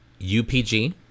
UPG